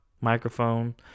microphone